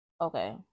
okay